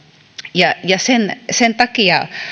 ja ja sen sen takia